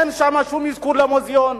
אין שם שום אזכור של מוזיאון,